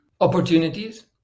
Opportunities